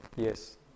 Yes